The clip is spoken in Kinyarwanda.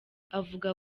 avuga